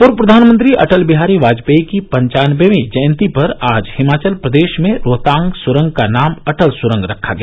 पूर्व प्रधानमंत्री अटल बिहारी वाजपेयी की पन्चानबेवीं जयंती पर आज हिमाचल प्रदेश में रोहतांग सुरंग का नाम अटल सुरंग रखा गया